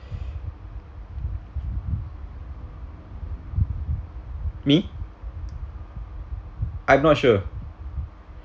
me I'm not sure